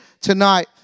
tonight